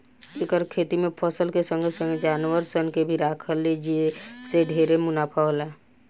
एकर खेती में फसल के संगे संगे जानवर सन के भी राखला जे से ढेरे मुनाफा होला